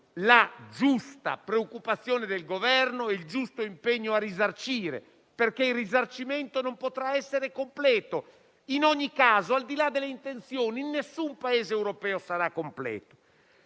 la giusta preoccupazione del Governo e il giusto impegno a risarcire, perché il risarcimento non potrà essere completo; in ogni caso, al di là delle intenzioni, in nessun Paese europeo sarà completo.